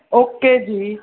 okay ਜੀ